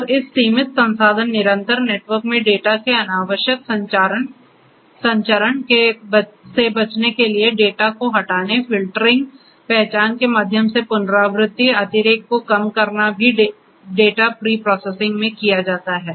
और इस सीमित संसाधन निरंतर नेटवर्क में डेटा के अनावश्यक संचरण से बचने के लिए डेटा को हटाने फ़िल्टरिंग पहचान के माध्यम से पुनरावृत्ति अतिरेक को कम करना भी डेटा प्री प्रोसेसिंग में किया जाता है